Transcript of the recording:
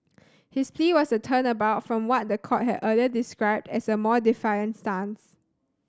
his plea was a turnabout from what the court had earlier described as a more defiant stance